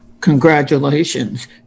congratulations